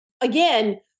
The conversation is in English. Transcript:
again